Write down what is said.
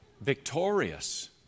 victorious